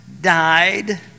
died